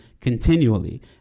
continually